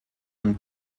und